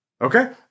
Okay